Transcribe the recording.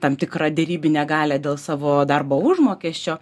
tam tikrą derybinę galią dėl savo darbo užmokesčio